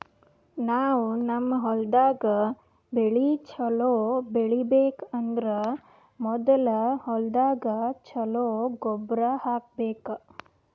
ನಾವ್ ನಮ್ ಹೊಲ್ದಾಗ್ ಬೆಳಿ ಛಲೋ ಬೆಳಿಬೇಕ್ ಅಂದ್ರ ಮೊದ್ಲ ಹೊಲ್ದಾಗ ಛಲೋ ಗೊಬ್ಬರ್ ಹಾಕ್ಬೇಕ್